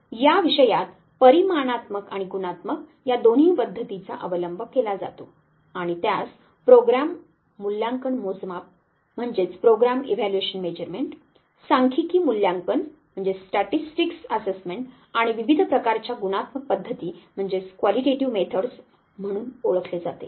तर या विषयात परिमाणात्मक आणि गुणात्मक या दोन्ही पद्धतींचा अवलंब केला जातो आणि त्यास प्रोग्राम मूल्यांकन मोजमाप सांख्यिकी मूल्यांकन आणि विविध प्रकारच्या गुणात्मक पद्धती म्हणून ओळखले जाते